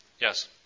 yes